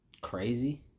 Crazy